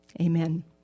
Amen